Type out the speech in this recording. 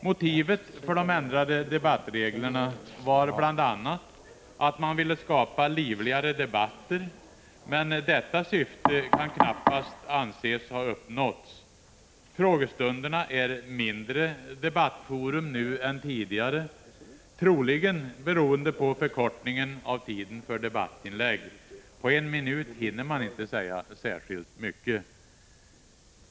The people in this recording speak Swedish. Motivet för de ändrade debattreglerna var bl.a. att man ville skapa livligare debatter, men detta syfte kan knappast anses ha uppnåtts. Frågestunderna är debattforum i mindre utsträckning nu än tidigare, troligen beroende på förkortningen av tiden för debattinlägg — på en minut hinner man inte säga särskilt mycket.